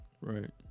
Right